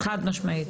חד משמעית.